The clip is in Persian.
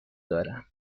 دارم